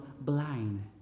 blind